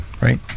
Right